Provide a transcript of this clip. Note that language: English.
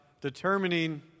determining